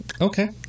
Okay